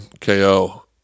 KO